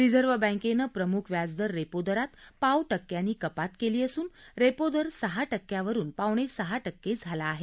reserve बँकेनं प्रमुख व्याजदर रेपो दरात पाव टक्क्यानी कपात केली असून रेपो दर सहा टक्क्यावरून पावणेसहा टक्के झाला आहे